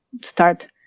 start